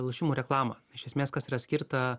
lošimų reklamą iš esmės kas yra skirta